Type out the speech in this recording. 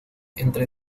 entre